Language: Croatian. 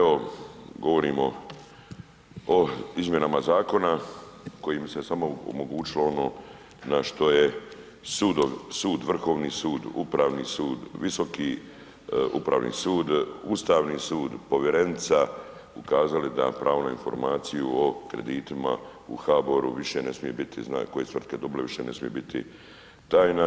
Evo govorimo o izmjenama zakona kojim se samo omogućilo ono na što je sud, Vrhovni sud, upravni sud, Visoki upravni sud, Ustavni sud, povjerenica ukazali da pravo na informaciju o kreditima u HBOR-u više ne smije biti, koje su tvrtke dobile više ne smije biti tajna.